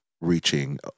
reaching